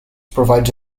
provides